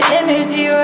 energy